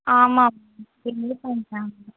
ஆமாம் பில்லு பண்ணுறாங்க